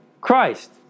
Christ